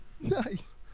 Nice